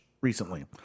recently